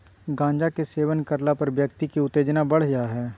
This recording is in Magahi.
गांजा के सेवन करला पर व्यक्ति के उत्तेजना बढ़ जा हइ